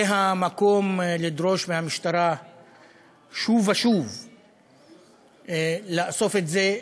זה המקום לדרוש מהמשטרה שוב ושוב לאסוף את זה.